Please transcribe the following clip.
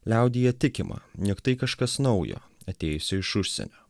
liaudyje tikima jog tai kažkas naujo atėjusio iš užsienio